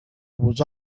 was